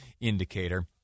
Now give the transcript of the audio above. indicator